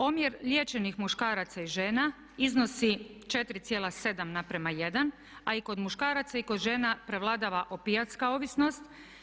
Omjer liječenih muškaraca i žena iznosi 4,7:1 a i kod muškaraca i kod žena prevladava opijatska ovisnost.